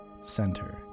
center